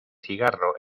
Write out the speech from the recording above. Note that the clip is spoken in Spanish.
cigarro